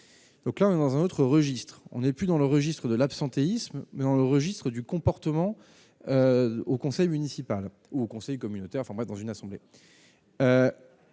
donc l'un dans un autre registre, on est plus dans le registre de l'absentéisme, mais dans le registre du comportement, au conseil municipal au conseil communautaire format dans une assemblée,